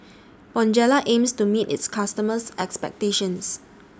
Bonjela aims to meet its customers' expectations